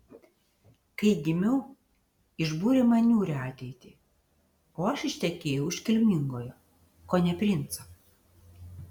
kai gimiau išbūrė man niūrią ateitį o aš ištekėjau už kilmingojo kone princo